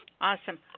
Awesome